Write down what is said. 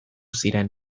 ziren